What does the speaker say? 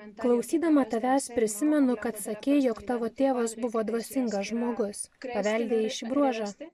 klausydama tavęs prisimenu kad sakei jog tavo tėvas buvo dvasingas žmogus paveldėjai šį bruožą